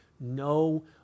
no